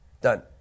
Done